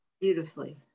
Beautifully